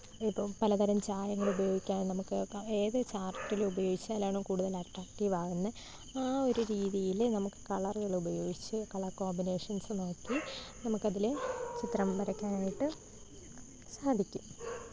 ഇപ്പോൾ പലതരം ചായങ്ങൾ ഉപയോഗിക്കാം നമുക്ക് ക ഏത് ചാര്ട്ടിൽ ഉപയോഗിച്ചാലാണോ കൂടുതൽ അട്രാക്റ്റീവ് ആകുന്നത് ആ ഒരു രീതിയിൽ നമുക്ക് കളറുകൾ ഉപയോഗിച്ച് കളര് കോമ്പിനേഷന്സ് നോക്കി നമുക്ക് അതിൽ ചിത്രം വരയ്ക്കാനായിട്ട് സാധിക്കും